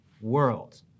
world